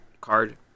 card